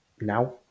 now